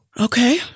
Okay